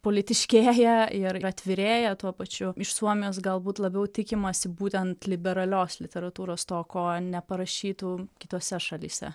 politiškėja ir atvirėja tuo pačiu iš suomijos galbūt labiau tikimasi būtent liberalios literatūros to ko neparašytų kitose šalyse